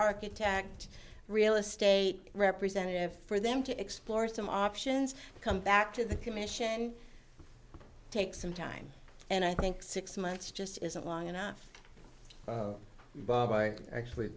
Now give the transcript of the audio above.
architect real estate representative for them to explore some options come back to the commission take some time and i think six months just isn't long enough bob i actually